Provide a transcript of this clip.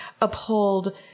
uphold